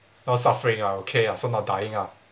not suffering ah okay ah so not dying ah